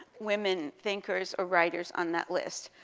women thinkers or writers on that list.